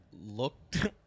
looked